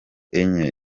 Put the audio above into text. enye